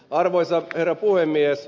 arvoisa herra puhemies